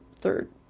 third